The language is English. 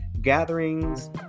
Gatherings